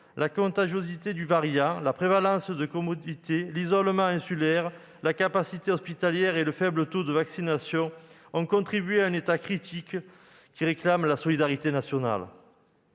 la contagiosité du variant, la prévalence de comorbidités, l'isolement insulaire, la capacité hospitalière et le faible taux de vaccination ont contribué à un état critique qui appelle la mobilisation de